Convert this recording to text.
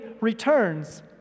returns